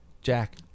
Jack